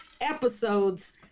episodes